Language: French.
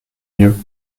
mieux